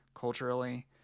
culturally